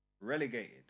relegated